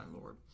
Lord